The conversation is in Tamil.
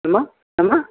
என்னம்மா என்னம்மா